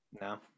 No